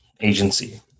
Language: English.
agency